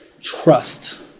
trust